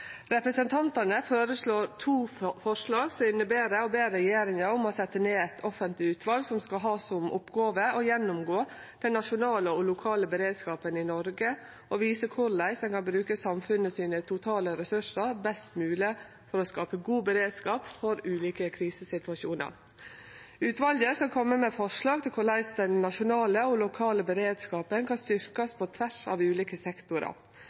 Representantane har to forslag, som inneber å be regjeringa om å setje ned eit offentleg utval som skal ha som oppgåve å gjennomgå den nasjonale og lokale beredskapen i Noreg, og vise korleis ein kan bruke dei totale samfunnsressursane best mogleg for å skape god beredskap for ulike krisesituasjonar. Utvalet skal kome med forslag til korleis den nasjonale og lokale beredskapen kan styrkjast på tvers av ulike sektorar.